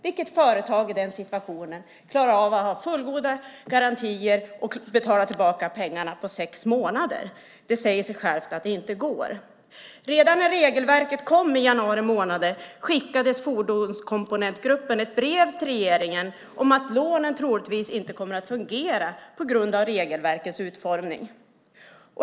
Vilket företag i den situationen klarar av fullgoda garantier och betala tillbaka pengarna på sex månader? Det säger sig självt att det inte går. Redan när regelverket kom i januari skickade Fordonskomponentgruppen ett brev till regeringen om att lånen troligtvis inte kommer att fungera på grund av regelverkets utformning.